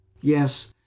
Yes